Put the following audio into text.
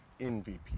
MVP